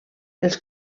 els